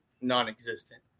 non-existent